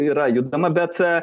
yra judama bet